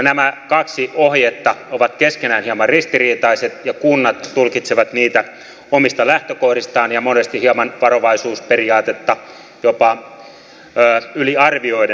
nämä kaksi ohjetta ovat keskenään hieman ristiriitaiset ja kunnat tulkitsevat niitä omista lähtökohdistaan ja monesti hieman varovaisuusperiaatetta jopa yliarvioiden